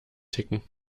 ticken